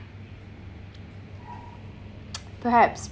perhaps